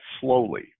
slowly